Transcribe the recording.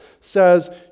says